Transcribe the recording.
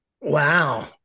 Wow